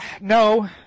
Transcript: No